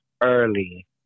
early